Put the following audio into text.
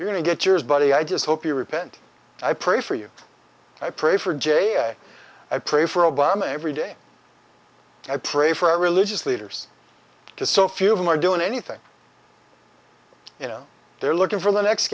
you're gonna get yours buddy i just hope you repent i pray for you i pray for jay i pray for obama every day i pray for our religious leaders to so few of them are doing anything you know they're looking for the next